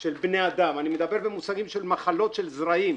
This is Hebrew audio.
של בני אדם, אני מדבר במושגים של מחלות של זרעים,